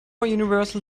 universal